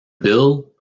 bill